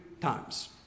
times